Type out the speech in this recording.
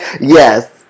Yes